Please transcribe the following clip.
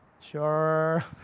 Sure